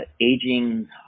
aging